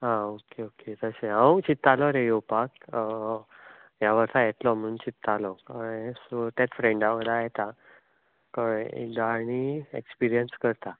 आं okay okay तशें हांवूं चिंततालो रे येवपाक ह्या वर्सा येतलो म्हूण चिंततालो फ्रेंडा वांगडा येता एकदा कळ्ळें आनी एक्सपिरियन्स करता